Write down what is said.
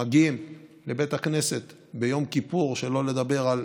מגיעים לבית הכנסת ביום כיפור, שלא לדבר על